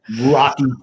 Rocky